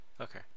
Okay